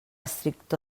stricto